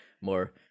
more